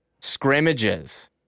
scrimmages